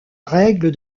règle